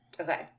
Okay